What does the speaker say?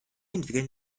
entwickeln